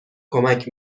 کمک